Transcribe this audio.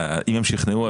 אני מוותר.